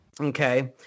Okay